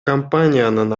компаниянын